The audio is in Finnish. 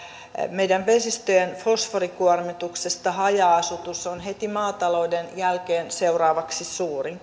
meidän vesistöjemme fosforikuormituksesta haja asutus on heti maatalouden jälkeen seuraavaksi suurin